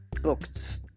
booked